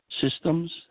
systems